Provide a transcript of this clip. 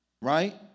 right